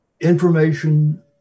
information